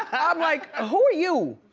um like ah who are you.